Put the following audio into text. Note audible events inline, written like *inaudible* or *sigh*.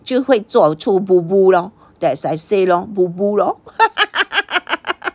就会做出 boo boo lor that's why I say boo boo lor *laughs*